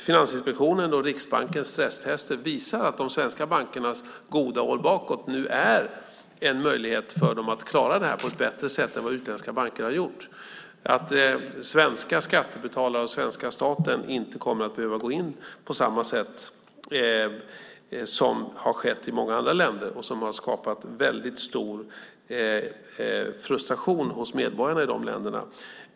Finansinspektionen och Riksbankens stresstester visar att de svenska bankernas goda år bakåt nu ger en möjlighet att klara det här bättre än utländska banker. Svenska skattebetalare och svenska staten behöver inte gå in på samma sätt som man har gjort i många andra länder, vilket har skapat väldigt stor frustration hos medborgarna där.